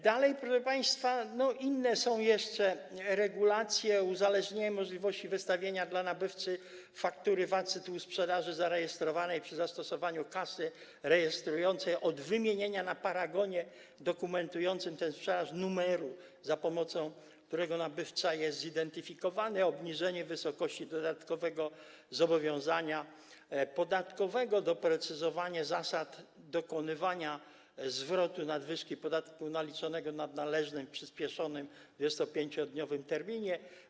Dalej, proszę państwa, inne są tu jeszcze regulacje, takie jak uzależnienie możliwości wystawienia dla nabywcy faktury VAT z tytułu sprzedaży zarejestrowanej przy zastosowaniu kasy rejestrującej od wymienienia na paragonie dokumentującym tę sprzedaż numeru, za pomocą którego nabywca jest zidentyfikowany, obniżenie wysokości dodatkowego zobowiązania podatkowego, doprecyzowanie zasad dokonywania zwrotu nadwyżki podatku naliczonego nad należnym w przyspieszonym, 25-dniowym, terminie.